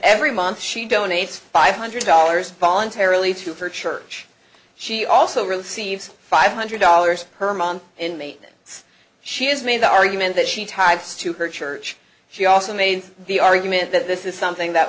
every month she donates five hundred dollars voluntarily to her church she also receives five hundred dollars per month in me so she has made the argument that she types to her church she also made the argument that this is something that